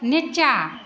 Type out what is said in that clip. नीचाँ